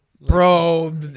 Bro